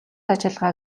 ажиллагаа